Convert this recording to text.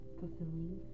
fulfilling